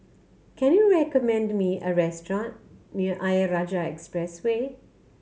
can you recommend me a restaurant near Ayer Rajah Expressway